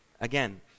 again